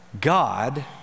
God